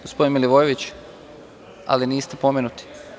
Gospodine Milivojević, ali vi niste spomenuti?